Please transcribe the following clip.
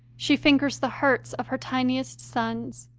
she fingers the hurts of her tiniest sons,